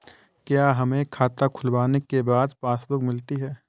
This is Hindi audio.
क्या हमें खाता खुलवाने के बाद पासबुक मिलती है?